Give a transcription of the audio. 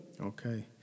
okay